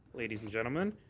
ladies and gentlemen,